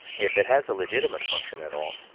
if it has a legitimate function at all,